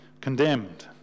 condemned